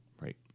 right